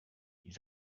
ils